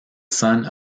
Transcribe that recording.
son